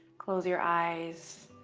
close your eyes.